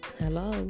hello